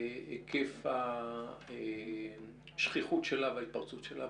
היקף השכיחות שלה וההתפרצות שלה.